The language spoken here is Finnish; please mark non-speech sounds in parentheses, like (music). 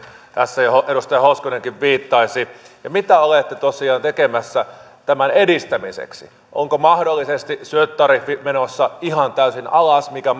tässä jo edustaja hoskonenkin viittasi niin mitä olette tosiaan tekemässä tämän edistämiseksi onko mahdollisesti syöttötariffi menossa ihan täysin alas mikä (unintelligible)